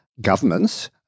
governments